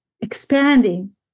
expanding